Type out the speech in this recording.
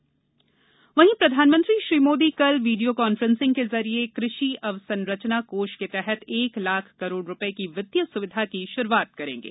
मोदी शुभारंभ प्रधानमंत्री नरेन्द्र मोदी कल वीडियो कॉन्फ्रॅंस के जरिए कृषि अवसंरचना कोष के तहत एक लाख करोड़ रूपये की वित्तीय सुविधा की शुरूआत करेंगे